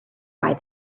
buy